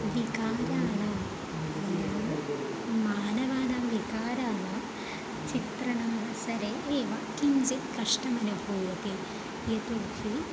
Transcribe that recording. विकाराणां मानवानां विकाराणां चित्रणावसरे एव किञ्जित् कष्टमनुभूयते यतो हि